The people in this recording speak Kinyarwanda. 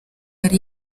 yari